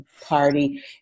Party